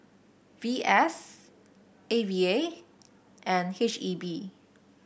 V S A V A and H E B